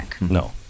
no